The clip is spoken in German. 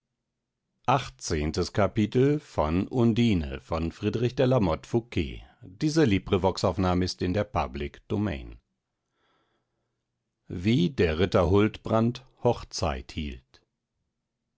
wie der ritter huldbrand hochzeit hielt